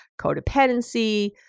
codependency